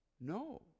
No